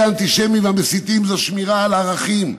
האנטישמים והמסיתים היא שמירה על ערכים,